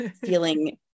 feeling